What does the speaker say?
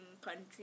country